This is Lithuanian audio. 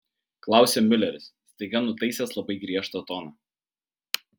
klausia miuleris staiga nutaisęs labai griežtą toną